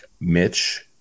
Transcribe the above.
Mitch